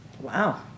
Wow